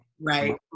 Right